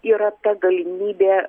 yra ta galimybė